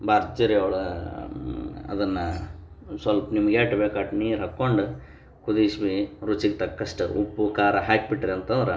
ಭರ್ಜರಿಯೊಳ ಅದನ್ನು ಸ್ವಲ್ಪ ನಿಮಗೆ ಎಷ್ಟ್ ಬೇಕು ಅಷ್ಟ್ ನೀರು ಹಾಕ್ಕೊಂಡು ಕುದಿಸಿ ರುಚಿಗೆ ತಕ್ಕಷ್ಟು ಉಪ್ಪು ಖಾರ ಹಾಕ್ಬಿಟ್ರೆ ಅಂತಂದ್ರೆ